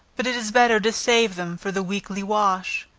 but it is better to save them for the weekly wash.